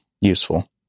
useful